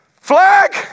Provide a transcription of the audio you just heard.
Flag